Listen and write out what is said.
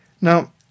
Now